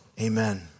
Amen